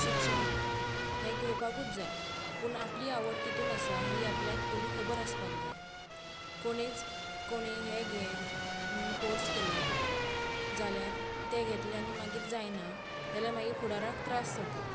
शिक्षण हें घेवपाकूच जाय पूण आपली आवड कितून आसा हें पयलीं खबर आसपाक जाय कोणीच कोणी हें घे म्हण फोर्स केलो जाल्यार तें घेतलें आनी मागीर जायना जाल्यार मागीर फुडाराक त्रास जाता